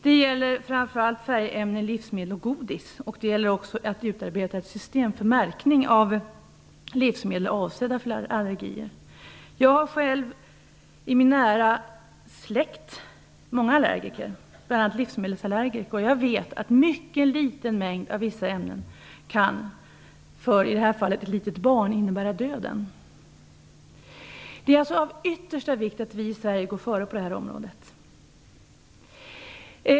Det gäller framför allt färgämnen i livsmedel och godis, och det gäller också utarbetandet av ett system för märkning av livsmedel avsedda för allergiker. Jag har själv i min nära släkt många allergiker, bl.a. livsmedelsallergiker. Jag vet att mycket liten mängd av vissa ämnen kan, i det här fallet för ett litet barn, innebära döden. Det är alltså av yttersta vikt att vi i Sverige går före på det här området.